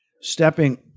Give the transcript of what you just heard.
Stepping